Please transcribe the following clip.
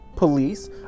Police